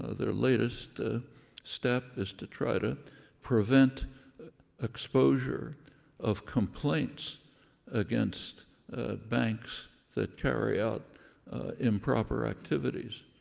ah their latest step is to try to prevent exposure of complaints against banks that carry out improper activities.